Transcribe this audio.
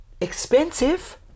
expensive